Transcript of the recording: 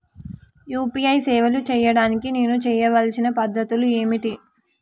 UPI సేవలు చేయడానికి నేను చేయవలసిన పద్ధతులు ఏమిటి?